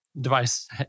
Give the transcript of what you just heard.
Device